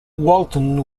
walton